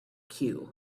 cue